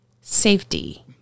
safety